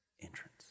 entrance